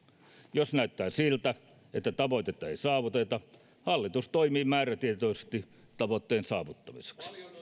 jos näyttää siltä että tavoitetta ei saavuteta hallitus toimii määrätietoisesti tavoitteen saavuttamiseksi